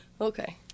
Okay